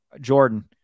Jordan